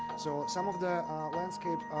so some of the landscape,